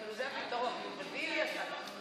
כאילו זה הפתרון, שביבי עשה ככה.